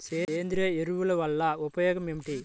సేంద్రీయ ఎరువుల వల్ల ఉపయోగమేమిటీ?